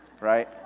right